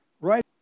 right